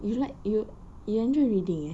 you like you you enjoy reading ah